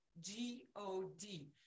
G-O-D